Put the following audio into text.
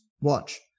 watch